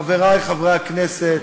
חברי חברי הכנסת,